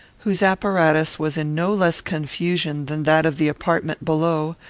whose apparatus was in no less confusion than that of the apartment below,